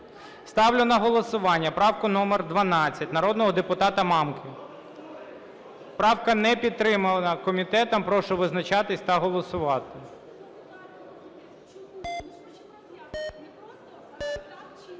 Ставлю на голосування правку номер 12 народного депутата Мамки, правка не підтримана комітетом, прошу визначатися та голосувати.